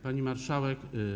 Pani Marszałek!